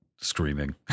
Screaming